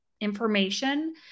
information